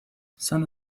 some